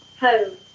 Home